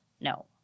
No